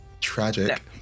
tragic